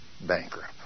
bankrupt